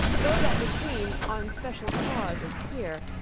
though that the queen on special cause is here,